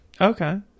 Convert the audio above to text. Okay